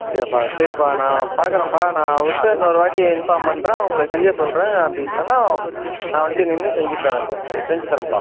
அப்படியாப்பா சரிப்பா நான் பார்க்குறேன்ப்பா நான் அவர்கிட்ட இன்னொரு வாட்டி இன்ஃபார்ம் பண்ணுறேன் அவங்களை செய்ய சொல்லுறேன் அப்படி இல்லைன்னா நான் வந்து நின்று செஞ்சித் தரேன் சார் செஞ்சுத் தரேன்ப்பா